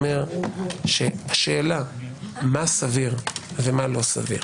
אומר, שהשאלה, מה סביר ומה לא סביר,